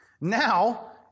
Now